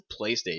Playstation